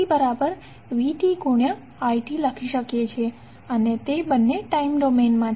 આપણેptvti લખી શકીએ છીએ બંને ટાઈમ ડોમેનમાં છે